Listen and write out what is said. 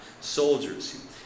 soldiers